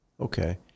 Okay